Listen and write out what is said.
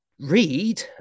read